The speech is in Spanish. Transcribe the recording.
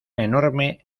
enorme